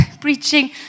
preaching